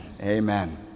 Amen